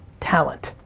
talent.